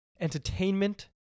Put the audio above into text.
entertainment